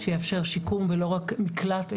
שיאפשר שיקום ולא רק מקלט,